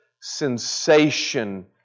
sensation